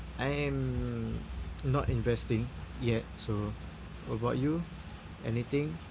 I am hmm not investing yet so what about you anything